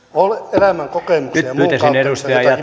elämänkokemuksen ja